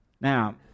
Now